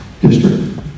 district